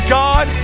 god